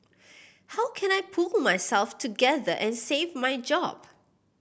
how can I pull myself together and save my job